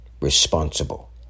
Responsible